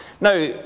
Now